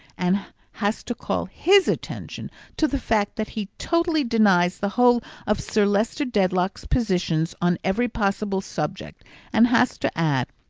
and has to call his attention to the fact that he totally denies the whole of sir leicester dedlock's positions on every possible subject and has to add,